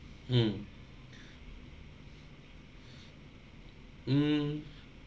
hmm mm